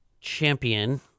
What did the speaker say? champion